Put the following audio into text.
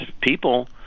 people